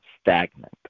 stagnant